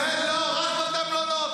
רק בבתי מלון.